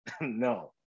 no